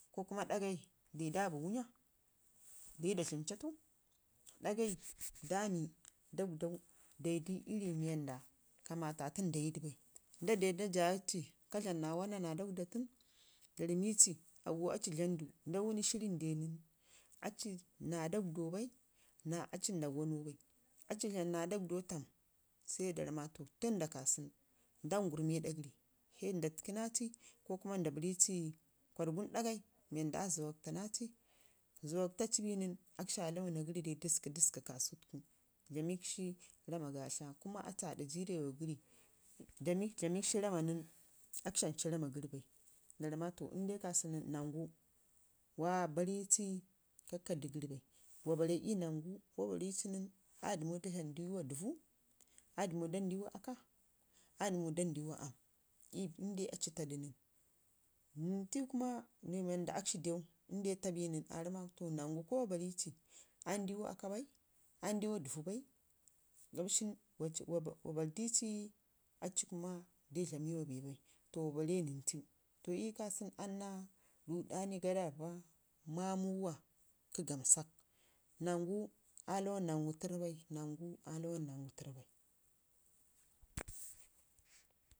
ko kuma ɗagai dayi da dləm caatu ɗagai drami dagdau dayidu ii rii mii wanda kamafafundayida bai nda dew nda jayaci ka dlam na wanna na dagdau da ramici auwo aci dlamdu, nda wənnu shi rrən dee nən aci naa dagdau bai naa aci nda wannau bai nda dea nda jayaci ka dlamna dagdau tam sai da ramma to tənda kasau nda ngərəme ii adagəri ko nda təkkənaa aci ko kuma nda to arri ci kwarr gun dagai mii wanda a zəwak tanaa aci zəwaktaci bii nən akshi aa launa gəri dai dəsku dəsku ka sunu tuku kuma aci aada jirrewa gəri. Dlamikshi rama nən akshi ancu ramma geri bai da ramici maa to inde kasau nən nangu wa barrici kakkadu gəri bai wa barre ii nangu wa barri ci nən aa dəmu da dlamdiwa dəvuu aa dəmu dandiwa akka aa dəmu dandiwa aam inde aci tadu nən. Nəntew kuma mii wanda akshi dew inde taa bin kuma aa ramau ma aani diwa akka bai aani diwa aam bai gabshin wa barrdi a aci kuma dee dlamewa bee bai to wa barre nən tew to ii kasu nu annina gamɗaya ii gadawa mamuwa kə gamsak nəngu a lawan nangu tərr bai nangu ke a lawan nangu tərr bai.